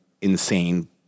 insane